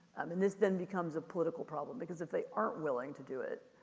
and this then becomes a political problem. because if they aren't willing to do it,